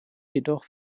jedoch